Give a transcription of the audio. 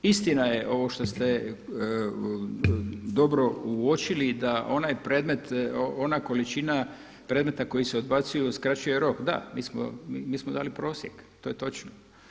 Istina je ovo što ste dobro uočili da onaj predmet, ona količina predmeta koji se odbacuju skraćuje rok, da mi smo dali prosjek, to je točno.